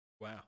Wow